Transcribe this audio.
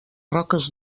roques